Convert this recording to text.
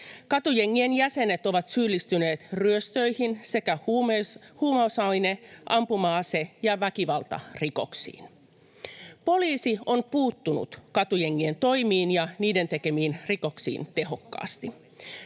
Katujengien jäsenet ovat syyllistyneet ryöstöihin sekä huumausaine-, ampuma-ase- ja väkivaltarikoksiin. Poliisi on puuttunut katujengien toimiin ja niiden tekemiin rikoksiin tehokkaasti.